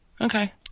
Okay